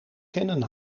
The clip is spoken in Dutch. kennen